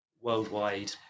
worldwide